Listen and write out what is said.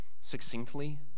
succinctly